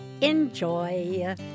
enjoy